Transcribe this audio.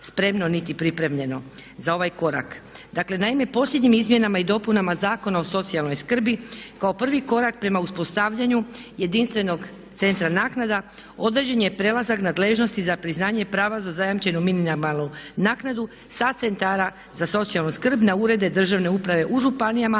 niti pripremljeno za ovaj korak. Dakle, naime posljednjim izmjenama i dopunama Zakona o socijalnoj skrbi kao prvi korak prema uspostavljanju jedinstvenog Centra naknada određen je prelazak nadležnosti za priznanje prava za zajamčenu minimalnu naknadu sa Centara za socijalnu skrb na urede državne uprave u županijama,